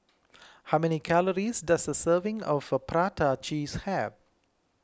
how many calories does a serving of Prata Cheese have